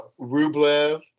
Rublev